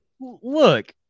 Look